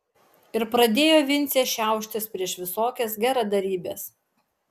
ir pradėjo vincė šiauštis prieš visokias geradarybes